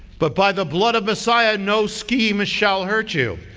but by the blood of messiah no schemes shall hurt you.